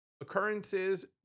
occurrences